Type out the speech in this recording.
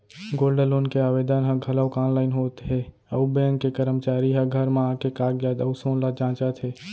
gold loan के आवेदन ह घलौक आनलाइन होत हे अउ बेंक के करमचारी ह घर म आके कागजात अउ सोन ल जांचत हे